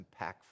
impactful